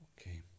Okay